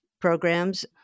programs